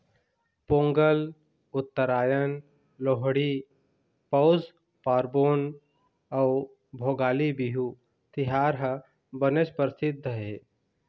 पोंगल, उत्तरायन, लोहड़ी, पउस पारबोन अउ भोगाली बिहू तिहार ह बनेच परसिद्ध हे